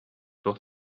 туох